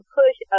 push